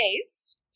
taste